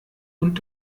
und